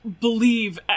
believe